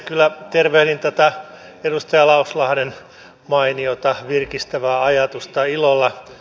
kyllä tervehdin tätä edustaja lauslahden mainiota virkistävää ajatusta ilolla